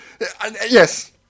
Yes